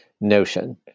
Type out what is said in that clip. notion